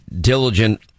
diligent